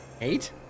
Eight